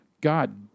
God